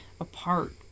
apart